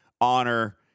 honor